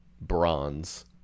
Bronze